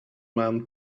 man